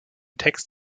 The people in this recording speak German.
text